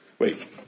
Wait